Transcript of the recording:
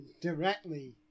directly